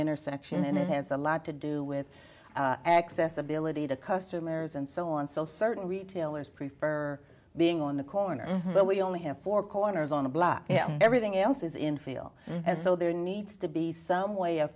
intersection and it has a lot to do with accessibility to customers and so on so certain retailers prefer being on the corner but we only have four corners on the block everything else is in feel and so there needs to be some way of